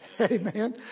Amen